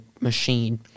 machine